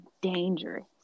dangerous